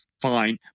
Fine